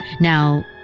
Now